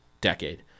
decade